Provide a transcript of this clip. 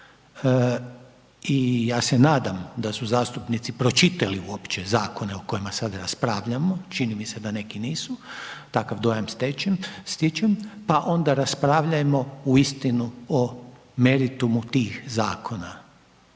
i ja se nadam da su zastupnici pročitali uopće zakone o kojima sada raspravljamo, čini mi se da neki nisu, takav dojam stičem, pa onda raspravljajmo uistinu o meritumu tih zakona